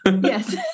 Yes